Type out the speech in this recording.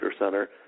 center